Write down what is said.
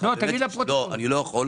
לפרוטוקול.